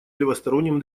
левосторонним